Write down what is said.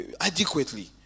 adequately